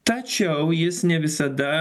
tačiau jis ne visada